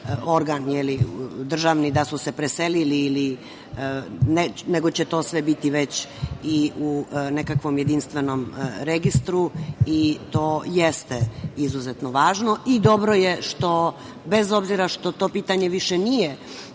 organ državni da su se preselili, nego će to sve biti već i u nekom jedinstvenom registru i to jeste izuzetno važno. Dobro je što bez obzira što to pitanje više nije